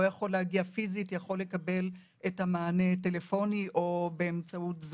יכול להגיע פיזית יכול לקבל מענה בזום או בטלפון.